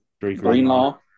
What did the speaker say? Greenlaw